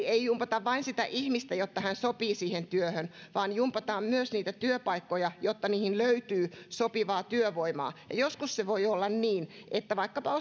ei jumpata vain sitä ihmistä jotta hän sopisi siihen työhön vaan jumpataan myös niitä työpaikkoja jotta niihin löytyy sopivaa työvoimaa ja ja joskus se voi olla niin että vaikkapa